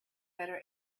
better